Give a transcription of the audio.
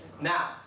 now